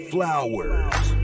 Flowers